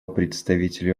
представителю